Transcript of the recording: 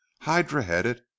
hydra-headed